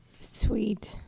Sweet